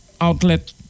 outlet